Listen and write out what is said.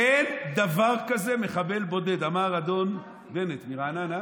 "אין דבר כזה מחבל בודד", אמר אדון בנט מרעננה,